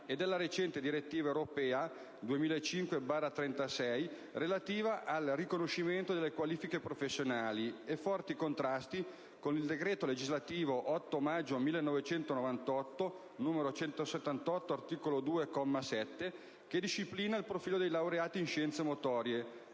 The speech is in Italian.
e con la recente direttiva europea 2005/36/CE, relativa al riconoscimento delle qualifiche professionali, e forti contrasti con il decreto legislativo 8 maggio 1998, n. 178, articolo 2, comma 7, che disciplina il profilo dei laureati in scienze motorie,